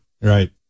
Right